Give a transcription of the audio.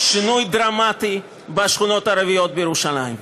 שינוי דרמטי בשכונות הערביות בירושלים,